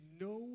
no